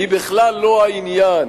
היא בכלל לא העניין,